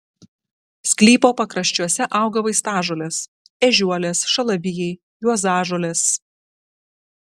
sklypo pakraščiuose auga vaistažolės ežiuolės šalavijai juozažolės